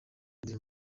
dream